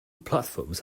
platforms